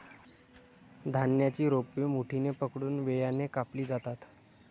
धान्याची रोपे मुठीने पकडून विळ्याने कापली जातात